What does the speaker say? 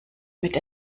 mit